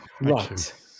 Right